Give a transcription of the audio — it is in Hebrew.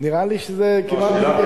נראה לי שזה כמעט בלתי